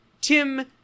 Tim